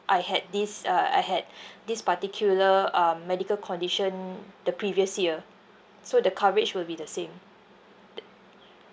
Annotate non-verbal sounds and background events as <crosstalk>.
I had this uh I had this particular um medical condition the previous year so the coverage will be the same <noise>